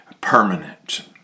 permanent